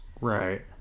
Right